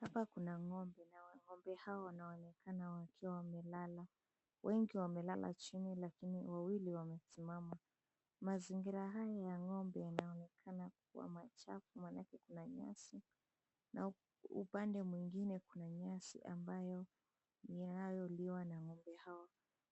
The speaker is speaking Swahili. Hapa kuna ng'ombe, na ng'ombe hawa wanaonekana wakiwa wamelala. Wengi wamelala chini, lakini wawili wamesimama. Mazingira haya ya ng'ombe yanaonekana kuwa machafu, maana kuna nyasi, na upande mwengine kuna nyasi ambayo inayoliwa na ng'ombe hawa.